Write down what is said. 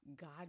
God